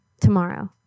tomorrow